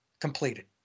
completed